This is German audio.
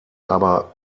aber